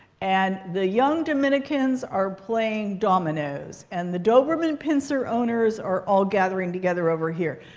and the young dominicans are playing dominoes. and the doberman pincer owners are all gathering together over here.